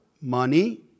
money